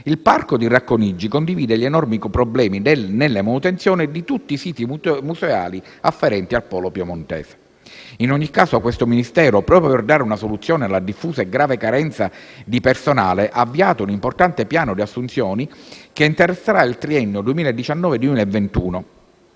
il parco di Racconigi condivide gli enormi problemi nella manutenzione di tutti i siti museali afferenti al polo piemontese. In ogni caso, questo Ministero, proprio per dare una soluzione alla diffusa e grave carenza di personale, ha avviato un importante piano di assunzioni che interesserà il triennio 2019-2021